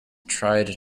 tried